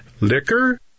Liquor